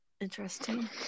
Interesting